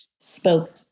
spoke